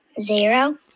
Zero